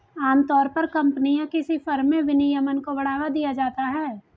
आमतौर पर कम्पनी या किसी फर्म में विनियमन को बढ़ावा दिया जाता है